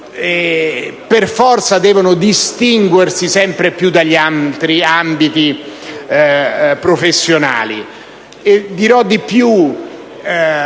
per forza devono oramai distinguersi sempre più dagli altri ambiti professionali.